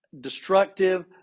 destructive